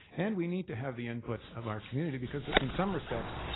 and we need to have the input of our community because in some respects,